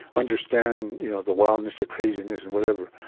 understand you know the wildness, the craziness, and whatever.